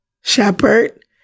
shepherd